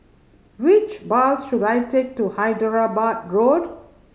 which bus should I take to Hyderabad Road